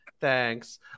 thanks